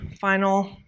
final